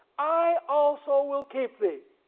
i also will keep thee,